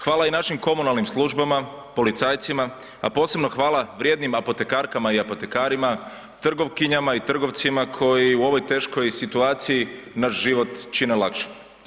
Hvala i našim komunalnim službama, policajcima, a posebno hvala vrijednim apotekarkama i apotekarima, trgovkinjama i trgovcima koji u ovoj teškoj situaciji naš život čine lakšim.